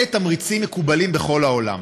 אלה תמריצים מקובלים בכל העולם.